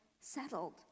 settled